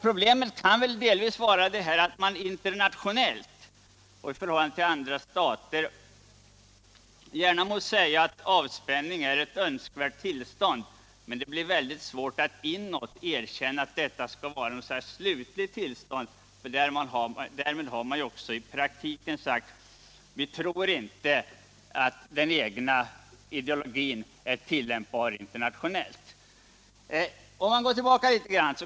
Problemet kan väl delvis vara att Sovjet internationellt och i förhållande till andra stater gärna må säga att avspänning är ett önskvärt tillstånd, men det blir väldigt svårt att inåt erkänna att detta skulle vara något slags slutligt tillstånd, för därmed har man också i praktiken sagt: Vi tror inte att den egna ideologin är tillämpbar internationellt. Vi kan gå tillbaka i tiden.